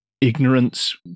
ignorance